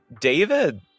David